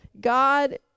God